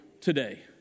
today